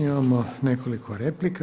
Imamo nekoliko replika.